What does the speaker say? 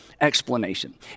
explanation